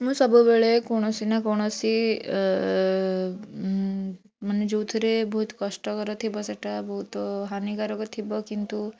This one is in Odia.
ମୁଁ ସବୁବେଳେ କୌଣସି ନା କୌଣସି ଅ ମାନେ ଯେଉଁଥିରେ ବହୁତ କଷ୍ଟକର ଥିବ ସେଇଟା ବହୁତ ହାନିକାରକ ଥିବ କିନ୍ତୁ